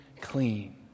clean